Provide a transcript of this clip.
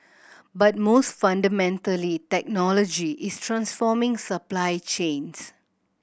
but most fundamentally technology is transforming supply chains